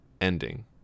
Ending